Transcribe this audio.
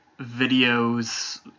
videos